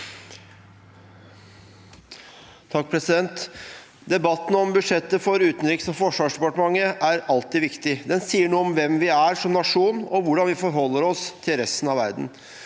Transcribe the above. (A) Debatten om bud- sjettet for Utenriksdepartementet og Forsvarsdepartementet er alltid viktig. Den sier noe om hvem vi er som nasjon, og hvordan vi forholder oss til resten av verden.